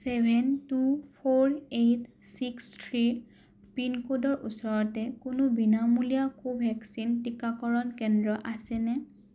seven two four eight six three pin ক'ডৰ ওচৰতে কোনো বিনামূলীয়া কোভেক্সিন টীকাকৰণ কেন্দ্ৰ আছেনে